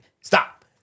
stop